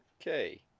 Okay